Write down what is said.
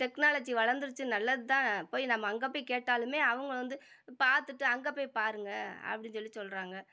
technology வளந்துருச்சு நல்லது தான் போய் நம்ம அங்கே போய் கேட்டாலுமே அவங்க வந்து பார்த்துட்டு அங்கே போய் பாருங்கள் அப்படின்னு சொல்லி சொல்கிறாங்க